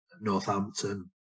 Northampton